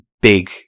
big